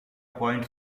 point